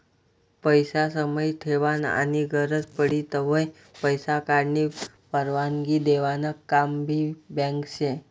पैसा समाई ठेवानं आनी गरज पडी तव्हय पैसा काढानी परवानगी देवानं काम भी बँक शे